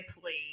please